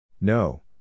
No